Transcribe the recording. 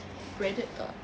breaded tak